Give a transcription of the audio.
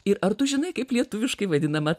ir ar tu žinai kaip lietuviškai vadinama